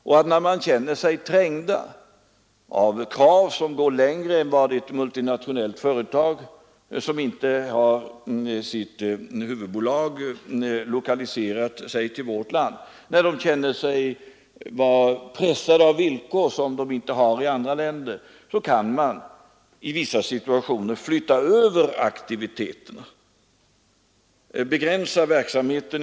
När företagen känner sig trängda av krav som går längre än de multinationella företagens — som inte har sitt huvudkontor i vårt land — och pressade av villkor som de inte behöver känna av i andra länder, så kan företagen givetvis i vissa situationer frestas att flytta över aktiviteterna helt eller delvis.